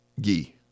ghee